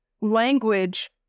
language